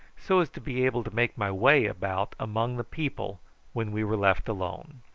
so as to be able to make my way about among the people when we were left alone.